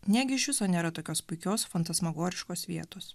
negi iš viso nėra tokios puikios fantasmagoriškos vietos